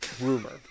rumor